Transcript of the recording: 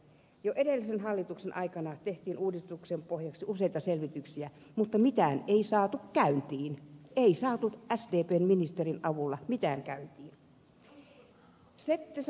jo edellisen hallituksen aikana tehtiin uudistuksen pohjaksi useita selvityksiä mutta mitään ei saatu käyntiin ei saatu sdpn ministerin avulla mitään käyntiin